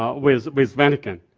ah with with vatican.